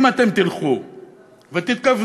אם אתם תלכו ותתכוונו